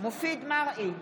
מופיד מרעי,